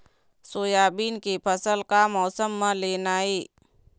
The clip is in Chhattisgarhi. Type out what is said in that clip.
सोयाबीन के फसल का मौसम म लेना ये?